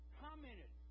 commented